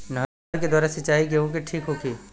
नहर के द्वारा सिंचाई गेहूँ के ठीक होखि?